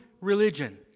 religion